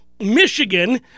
Michigan